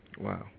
Wow